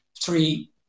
three